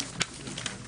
הישיבה נעולה.